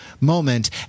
moment